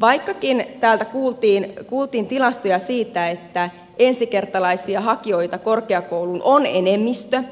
vaikkakin täältä kuultiin tilastoja siitä että ensikertalaisia hakijoita korkeakouluun on enemmistö